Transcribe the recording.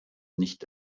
nicht